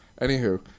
Anywho